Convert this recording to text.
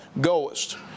goest